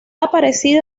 aparecido